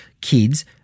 kids